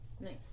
Nice